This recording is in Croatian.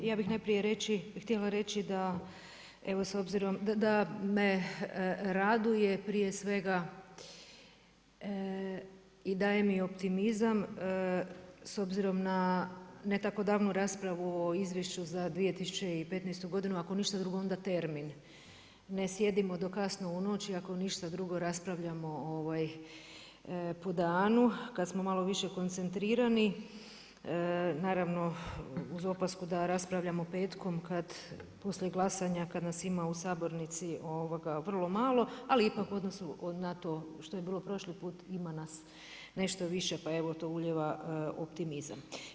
Ja bih najprije htjela reći da evo s obzirom, da me raduje prije svega i daje mi optimizam s obzirom na ne tako davnu raspravu o Izvješću za 2015. godinu ako ništa drugo onda termin, ne sjedimo do kasno u noć, i ako ništa drugo raspravljamo po danu, kad smo malo više koncentrirani naravno uz opasku da raspravljamo petkom poslije glasanja kad nas ima u sabornici vrlo malo, ali ipak u odnosu na to što je bilo prošli put ima nas nešto više pa evo to ulijeva optimizam.